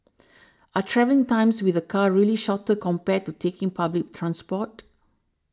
are travelling times with a car really shorter compared to taking public transport